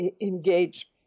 engage